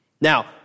Now